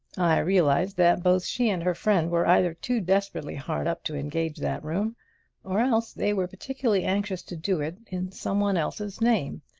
i realized that both she and her friend were either too desperately hard up to engage that room or else they were particularly anxious to do it in some one else's name.